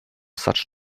such